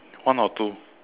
one or two